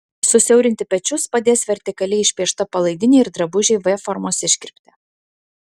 susiaurinti pečius padės vertikaliai išpiešta palaidinė ir drabužiai v formos iškirpte